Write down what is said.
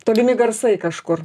tolimi garsai kažkur